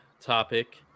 topic